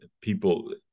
people